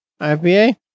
IPA